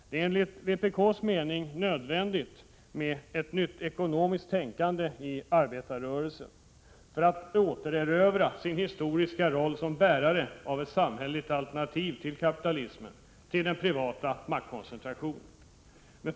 Det är enligt vpk:s mening nödvändigt med ett nytt ekonomiskt tänkande i arbetarrörelsen för att den skall kunna återerövra sin historiska roll som bärare av ett samhälleligt alternativ till kapitalismen, till den privata maktkoncentrationen.